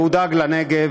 והוא דאג לנגב,